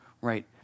right